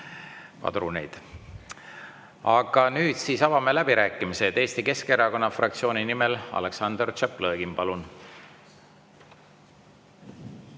Aga nüüd siis avame läbirääkimised. Eesti Keskerakonna fraktsiooni nimel Aleksandr Tšaplõgin, palun!